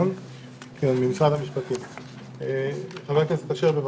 בבקשה.